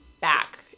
back